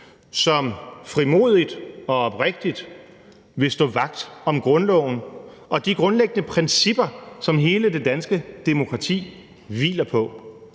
som frimodigt og oprigtigt vil stå vagt om grundloven og de grundlæggende principper, som hele det danske demokrati hviler på.